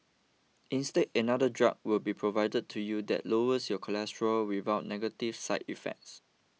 instead another drug would be provided to you that lowers your cholesterol without negative side effects